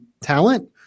talent